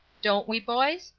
don't we, boys?